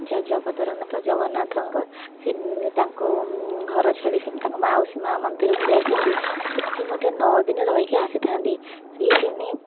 ଯାହା ଜଗତର ନାଥ ଜଗନ୍ନାଥଙ୍କ ସିଏ ତାଙ୍କ ଘର ଛାଡ଼ି ସେ ତାଙ୍କ ମାଉସୀ ମା ମନ୍ଦିରକୁ ଯାଇଥାନ୍ତି ସେଠି ମଧ୍ୟ ନଅ ଦିନ ରହିକି ଆସିଥାନ୍ତି ସେଇ ଦିନ